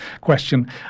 question